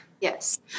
Yes